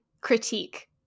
critique